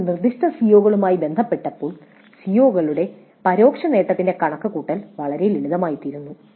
ചോദ്യങ്ങൾ നിർദ്ദിഷ്ട സിഒകളുമായി ബന്ധപ്പെട്ടപ്പോൾ സിഒകളുടെ പരോക്ഷ നേട്ടത്തിന്റെ കണക്കുകൂട്ടൽ വളരെ ലളിതമായിത്തീരുന്നു